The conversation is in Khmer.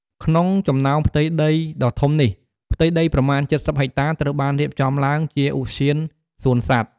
ក្នុងចំណោមផ្ទៃដីដ៏ធំនេះ ផ្ទៃដីប្រមាណ ៧០ ហិកតា ត្រូវបានរៀបចំឡើងជាឧទ្យានសួនសត្វ។